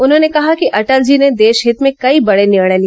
उन्होंने कहा कि अटल जी ने देश हित में कई बड़े निर्णय लिए